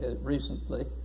recently